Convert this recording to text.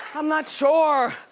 i'm not sure,